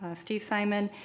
ah steve simon,